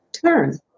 turn